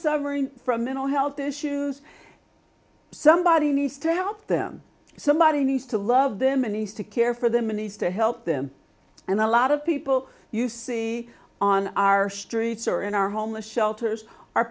suffering from mental health issues somebody needs to help them somebody needs to love them and he's to care for them and he's to help them and a lot of people you see on our streets or in our homeless shelters are